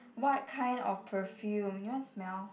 what kind of perfume you wanna smell